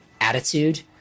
attitude